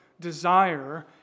Desire